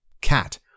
Cat